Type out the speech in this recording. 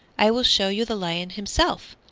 i will show you the lion himself.